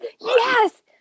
Yes